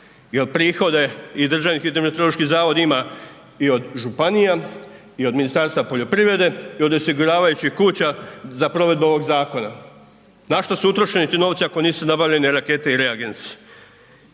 poljoprivrede jer prihode i DHMZ ima i od županija, i od Ministarstva poljoprivrede i od osiguravajućih kuća za provedbu ovog zakona. Na što su utrošeni ti novci ako nisu nabavljene rakete i reagensi?